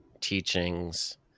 teachings